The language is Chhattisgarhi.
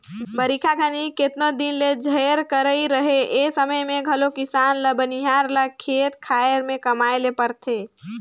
बरिखा घनी केतनो दिन ले झेर कइर रहें ए समे मे घलो किसान ल बनिहार ल खेत खाएर मे कमाए ले परथे